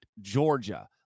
Georgia